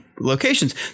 locations